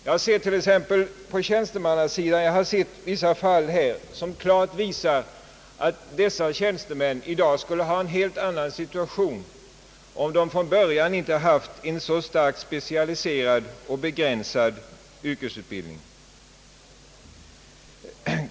Jag har på tjänstemannasidan sett fall som klart visar att vissa tjänstemän i dag skulle ha en helt annan situation om de inte haft en så specialiserad och begränsad yrkesutbildning.